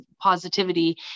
positivity